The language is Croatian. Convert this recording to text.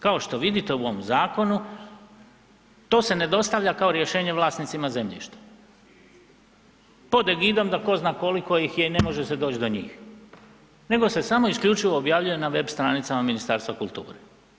Kao što vidite u ovom zakonu to se ne dostavlja kao rješenje vlasnicima zemljišta pod egidom da tko zna koliko ih je i ne može se doć do njih nego se samo i isključivo objavljuje na web stranicama Ministarstva kulture.